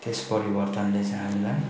त्यस परिवर्तनले चाहिँ हामीलाई